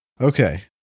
Okay